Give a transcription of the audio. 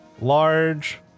large